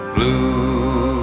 Blue